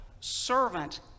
Servant